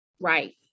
Right